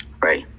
right